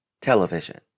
Television